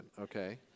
okay